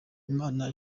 imana